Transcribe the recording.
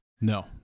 No